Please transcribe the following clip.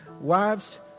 Wives